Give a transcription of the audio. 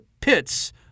pits